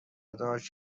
داشت